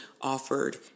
offered